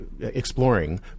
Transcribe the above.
Exploring